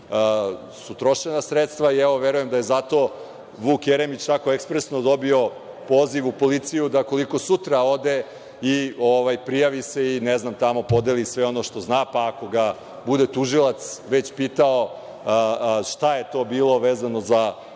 trošena sredstva. Verujem da je zato Vuk Jeremić tako ekspresno dobio poziv u policiju, da ukoliko sutra ode i prijavi se i ne znam tamo, podeli sve ono što zna, pa ako ga bude tužilac već pitao - šta je to bilo vezano za